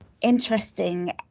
interesting